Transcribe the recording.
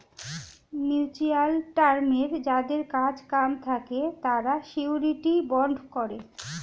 mutual টার্মে যাদের কাজ কাম থাকে তারা শিউরিটি বন্ড করে